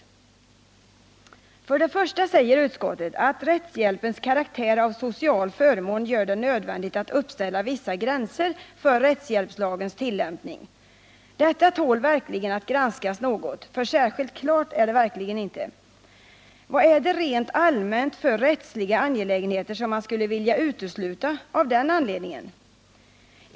För det första säger utskottet att rättshjälpens karaktär av social förmån gör det nödvändigt att uppställa vissa gränser för rättshjälpslagens tillämpning. Detta tål verkligen att granskas något, för särskilt klart är det sannerligen inte. Vad är det rent allmänt för rättsliga angelägenheter som man skulle vilja utesluta av den anledningen?